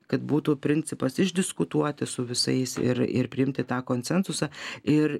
kad būtų principas išdiskutuoti su visais ir ir priimti tą konsensusą ir